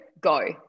go